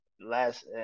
last